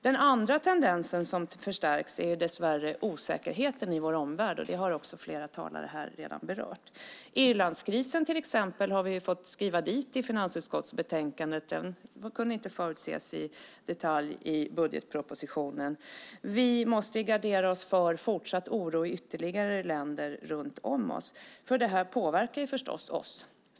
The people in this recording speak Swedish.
Den andra tendensen som förstärkts är dess värre osäkerheten i vår omvärld. Det har flera talare redan berört. Irlandskrisen har vi fått skriva in i finansutskottsbetänkandet. Den kunde inte förutses i detalj i budgetpropositionen. Vi måste gardera oss för fortsatt oro i ytterligare länder runt om oss. Detta påverkar oss naturligtvis.